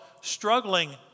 struggling